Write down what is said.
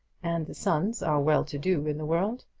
and the sons are well to do in the world.